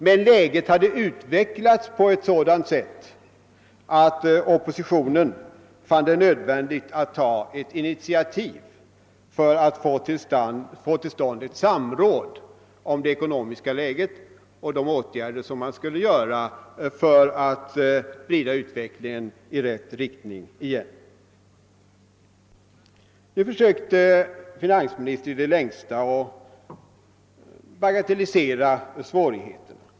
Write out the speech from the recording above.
Men läget har utvecklats på ett sådant sätt att oppositionen funnit det nödvändigt att ta ett initiativ för att få till stånd ett samråd om det ekonomiska läget och om de åtgärder som borde vidtas för att vrida utvecklingen i rätt riktning igen. Finansministern försöker i det längsta att bagatellisera svårigheterna.